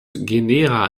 genera